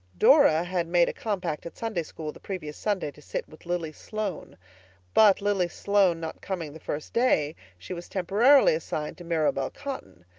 dora had made a compact at sunday school the previous sunday to sit with lily sloane but lily sloane not coming the first day, she was temporarily assigned to mirabel cotton,